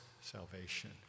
salvation